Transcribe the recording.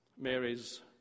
Mary's